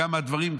כמה דברים,